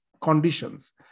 conditions